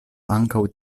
ankaŭ